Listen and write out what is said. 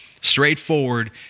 Straightforward